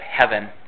heaven